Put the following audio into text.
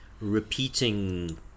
repeating